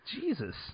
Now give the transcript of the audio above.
Jesus